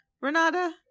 Renata